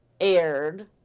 aired